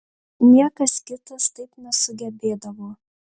niekas kitas taip nesugebėdavo